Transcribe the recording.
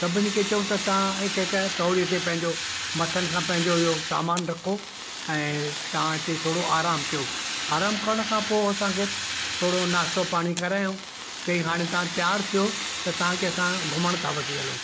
सभिनि खे चऊं त तव्हां हिकु हिकु थोरी देरि पंहिंजो मथनि खां पंहिंजो इहो सामान रखो ऐं तव्हां हिते थोरो आराम कयो आराम करण खां पोइ असांखे थोरो नास्तो पाणी करायऊं चईं हाणे तव्हां तयार थियो त तव्हांखे असां घुमणु था वठी हलूं